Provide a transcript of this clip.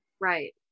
Right